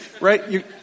right